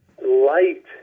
Light